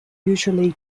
usually